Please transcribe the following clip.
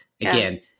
again